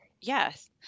yes